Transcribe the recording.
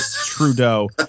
Trudeau